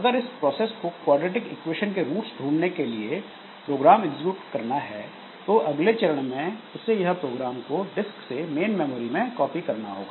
अगर इस प्रोसेस को क्वाड्रेटिक इक्वेशन के रूट्स ढूँढ़ने के लिए यह प्रोग्राम एग्जीक्यूट करना है तो अगले चरण में उसे इस प्रोग्राम को डिस्क से मेन मेमोरी में कॉपी करना होगा